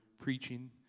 preaching